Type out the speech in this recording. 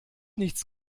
nichts